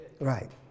Right